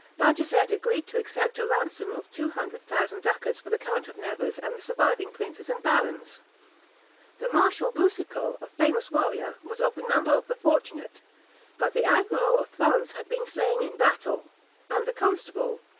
bajazet agreed to accept a ransom of two hundred thousand ducats for the count of nevers and the surviving princes and barons the marshal boucicault, a famous warrior, was of the number of the fortunate but the admiral of france had been slain in battle and the constable,